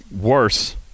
worse